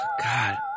God